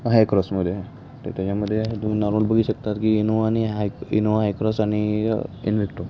हायक्रॉसमध्ये तर त्याच्यामध्ये आहे तुम्ही नॉर्मल बघू शकतात की इनोआ आणि हाय इनोवा हायक्रॉस आणि इनव्हेक्टो